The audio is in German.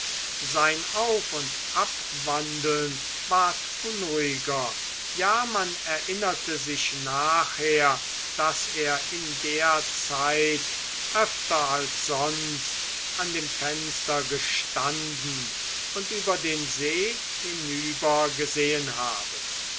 sein auf und abwandeln ward unruhiger ja man erinnerte sich nachher daß er in der zeit öfter als sonst an dem fenster gestanden und über den see hinübergesehen habe